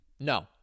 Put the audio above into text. No